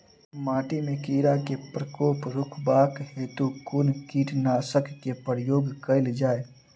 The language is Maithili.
माटि मे कीड़ा केँ प्रकोप रुकबाक हेतु कुन कीटनासक केँ प्रयोग कैल जाय?